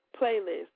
playlist